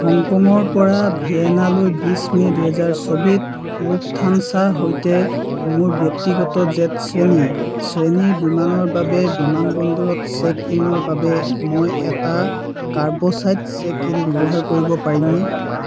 হংকঙৰ পৰা ভিয়েনা লৈ বিছ মে দুহেজাৰ চবি ত লুফথানছা সৈতে মোৰ ব্যক্তিগত জেট শ্ৰেণী শ্ৰেণীৰ বিমানৰ বাবে বিমানবন্দৰত চেক ইনৰ বাবে মই এটা কাৰ্বছাইড চেক ইন ব্যৱহাৰ কৰিব পাৰিমনে